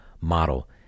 model